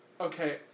Okay